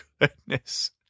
goodness